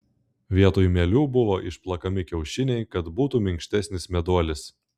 vietoj mielių buvo išplakami kiaušiniai kad būtų minkštesnis meduolis